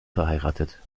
verheiratet